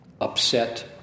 upset